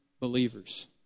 believers